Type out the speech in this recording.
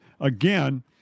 again